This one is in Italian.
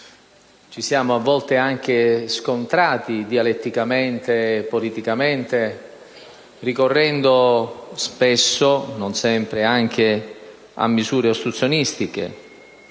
ci siamo a volte anche scontrati dialetticamente e politicamente, ricorrendo spesso (non sempre) anche a misure ostruzionistiche.